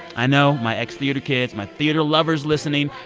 i know, my ex-theater kids, my theater lovers listening,